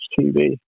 TV